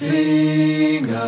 Sing